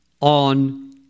on